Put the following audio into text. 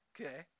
Okay